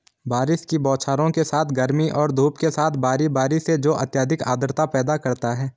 बारिश की बौछारों के साथ गर्मी और धूप के साथ बारी बारी से जो अत्यधिक आर्द्रता पैदा करता है